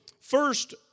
first